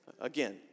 Again